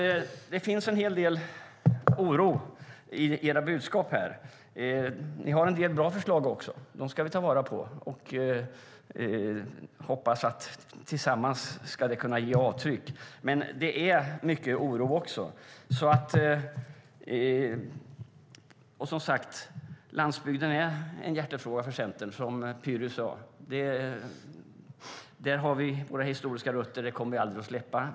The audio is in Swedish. Det finns en hel del oro i era budskap. Ni har också en del bra förslag, och dem ska vi ta vara på. Jag hoppas att de tillsammans ska ge avtryck, men det finns mycket oro. Landsbygden är en hjärtefråga för Centern, precis som Pyry Niemi sade. Där har vi våra historiska rötter, och dem kommer vi aldrig att släppa.